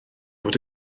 fod